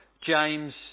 James